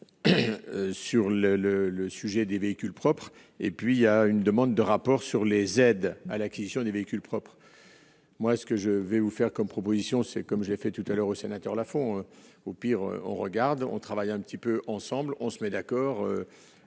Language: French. le le sujet des véhicules propres et puis il y a une demande de rapport sur les aides à l'acquisition des véhicules propres, moi ce que je vais vous faire comme propositions c'est comme je l'ai fait tout à l'heure aux sénateurs, Laffont, au pire, on regarde, on travaille un petit peu ensemble, on se met d'accord,